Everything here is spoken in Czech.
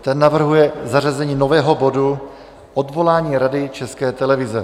Ten navrhuje zařazení nového bodu Odvolání Rady České televize.